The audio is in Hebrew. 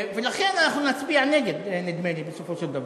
ולכן נצביע נגד, נדמה לי, בסופו של דבר.